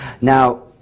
Now